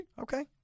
Okay